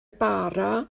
bara